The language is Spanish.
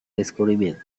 descubrimiento